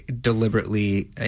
deliberately